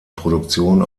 produktion